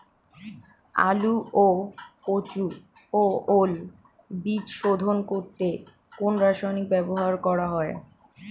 আলু ও কচু ও ওল বীজ শোধন করতে কোন রাসায়নিক ব্যবহার করা হয়?